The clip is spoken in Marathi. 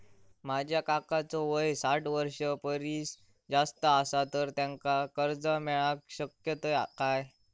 माझ्या काकांचो वय साठ वर्षां परिस जास्त आसा तर त्यांका कर्जा मेळाक शकतय काय?